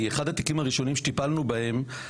אחד התיקים הראשונים שטיפלנו בהם,